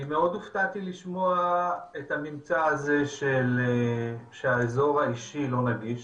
אני מאוד הופתעתי לשמוע את הממצא הזה שהאזור האישי לא נגיש.